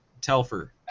Telfer